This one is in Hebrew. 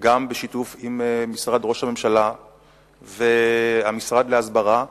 בשיתוף עם משרד ראש הממשלה והמשרד להסברה,